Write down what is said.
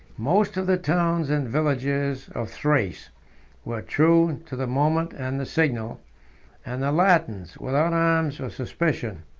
most of the towns and villages of thrace were true to the moment and the signal and the latins, without arms or suspicion,